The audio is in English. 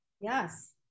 Yes